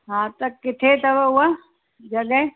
हा त किथे अथव उहा जॻहि